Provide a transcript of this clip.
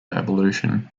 evolution